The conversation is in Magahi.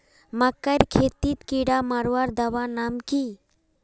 मकई खेतीत कीड़ा मारवार दवा नाम की?